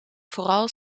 vooral